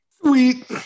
Sweet